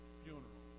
funeral